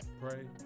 Pray